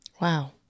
Wow